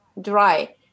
dry